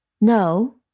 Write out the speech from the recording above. No